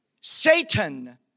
Satan